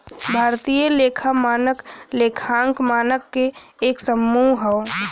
भारतीय लेखा मानक लेखांकन मानक क एक समूह हौ